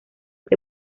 que